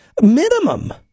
minimum